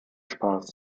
spaß